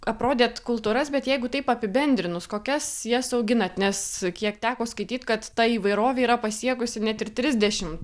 aprodėt kultūras bet jeigu taip apibendrinus kokias jas auginat nes kiek teko skaityt kad ta įvairovė yra pasiekusi net ir trisdešimt